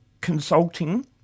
Consulting